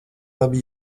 labi